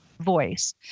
voice